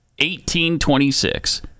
1826